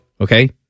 Okay